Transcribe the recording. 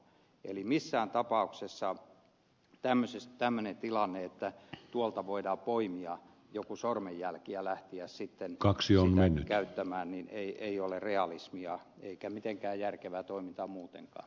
eli missään tapauksessa tämmöinen tilanne että tuolta voidaan poimia joku sormenjälki ja lähteä sitten sitä käyttämään ei ole realismia eikä mitenkään järkevää toimintaa muutenkaan